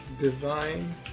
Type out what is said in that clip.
Divine